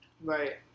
Right